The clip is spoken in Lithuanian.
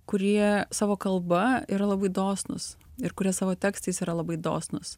kurie savo kalba yra labai dosnūs ir kurie savo tekstais yra labai dosnūs